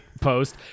post